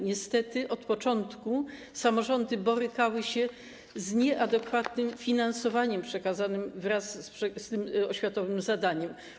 Niestety od początku samorządy borykały się z nieadekwatnym finansowaniem przekazanym wraz z tym oświatowym zadaniem.